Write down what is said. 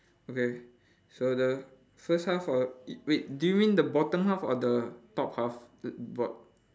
okay so the first half of wait do you mean the bottom half or the top half err bot~